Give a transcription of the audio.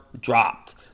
dropped